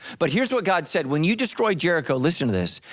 but here's what god said when you destroy jericho, listen to this,